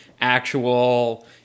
actual